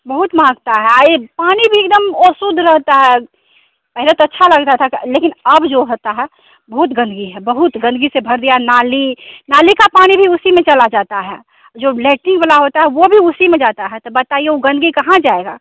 बहुत महकता है आए पानी भी एकदम शुद्ध रहता है पहले तो अच्छा लगता था लेकिन अब जो होता है बहुत गंदगी है बहुत गंदगी से भर दिया नाली नाली का पानी भी उसी में चला जाता है जो लेट्रिन वाला होता वो भी उसी में जाता है तो बताइए वो गंदगी कहाँ जाएगा